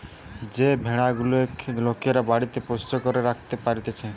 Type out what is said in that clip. যে ভেড়া গুলেক লোকরা বাড়িতে পোষ্য করে রাখতে পারতিছে